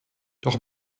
doch